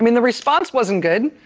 i mean the response wasn't good.